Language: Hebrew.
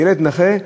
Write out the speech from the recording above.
ילד נכה,